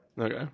Okay